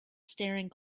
staring